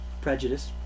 prejudice